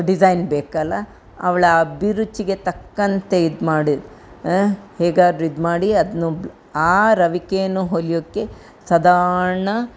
design ಬೇಕಲ್ವ ಅವಳ ಅಭಿರುಚಿಗೆ ತಕ್ಕಂತೆ ಇದು ಮಾಡಿ ಆಂ ಹೇಗಾರೂ ಇದು ಮಾಡಿ ಅದ್ನೂ ಆ ರವಿಕೆಯನ್ನು ಹೊಲೆಯೋಕ್ಕೆ ಸಾಧಾರ್ಣ